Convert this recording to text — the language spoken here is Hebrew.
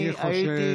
אני חושב,